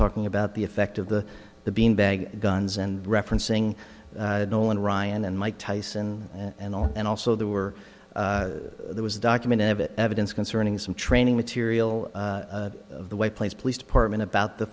talking about the effect of the the beanbag guns and referencing nolan ryan and mike tyson and all and also there were there was a document evatt evidence concerning some training material of the way place police department about the